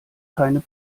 keine